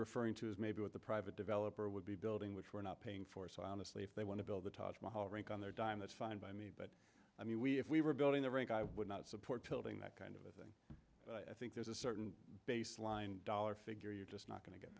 referring to is maybe what the private developer would be building which we're not paying for so honestly if they want to build the taj mahal rink on their dime that's fine by me but i mean we if we were building the rink i would not support tilting that kind of i think there's a certain baseline dollar figure you're just not